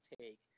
take